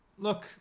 Look